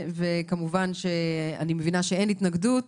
וכמובן שאני מבינה שאין התנגדות